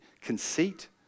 Conceit